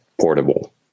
portable